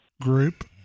group